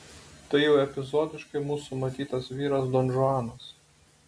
tai jau epizodiškai mūsų matytas vyras donžuanas